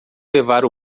levar